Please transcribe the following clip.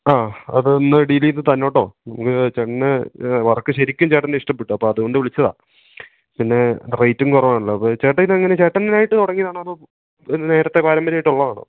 ആ അതൊന്ന് ഡീല് ചെയ്തു തരണം കേട്ടോ നമുക്ക് ചേട്ടന് വർക്ക് ശരിക്കും ചേട്ടൻറ്റെ ഇഷ്ടപ്പെട്ടു അപ്പോള് അതുകൊണ്ട് വിളിച്ചതാണ് പിന്നെ റേയ്റ്റും കുറവാണല്ലോ അപ്പോള് ചേട്ടൻ ഇതെങ്ങനെയാണ് ചേട്ടനായിട്ട് തുടങ്ങിയതാണോ അതോ നേരത്തെ പാരമ്പര്യമായിട്ടുള്ളതാണോ